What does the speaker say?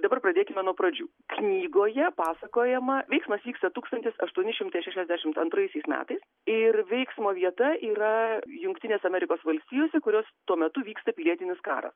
dabar pradėkime nuo pradžių knygoje pasakojama veiksmas vyksta tūkstantis aštuoni šimtai šešiasdešimt antraisiais metais ir veiksmo vieta yra jungtinės amerikos valstijose kurios tuo metu vyksta pilietinis karas